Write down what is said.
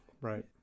Right